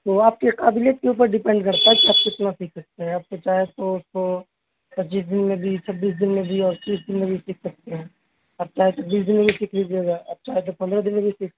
تو آپ کی قابلیت کے اوپر ڈیپینڈ کرتا ہے کہ آپ کتنا سیکھ سکتے ہیں آپ کو چاہے سو سو پچیس دن میں بھی چھبیس دن میں بھی اور تیس دن میں بھی سیکھ سکتے ہیں آپ چاہے تو بیس دن میں بھی سیکھ لیجیے گا اب چاہے تو پندرہ دن میں بھی سیکھ